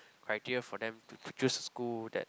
criteria for them to choose school that